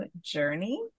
journey